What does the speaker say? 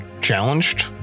challenged